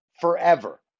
forever